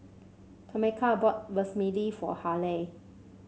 Tomeka bought Vermicelli for Halie